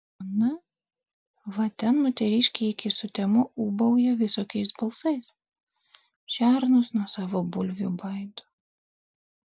ana va ten moteriškė iki sutemų ūbauja visokiais balsais šernus nuo savo bulvių baido